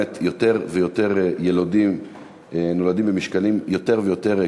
יותר ויותר יילודים נולדים במשקלים יותר ויותר קטנים,